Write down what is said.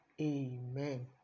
amen